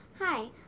Hi